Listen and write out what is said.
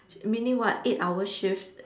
meaning what eight hours shift